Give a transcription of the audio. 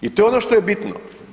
I to je ono što je bitno.